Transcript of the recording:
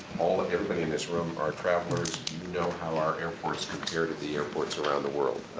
everybody in this room are travelers. you know how our airports compare to the airports around the world.